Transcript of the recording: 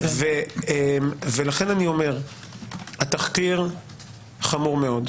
ולכן אני אומר שהתחקיר חמור מאוד,